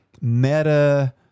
Meta